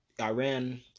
Iran